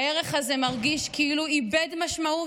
הערך הזה מרגיש כאילו איבד משמעות,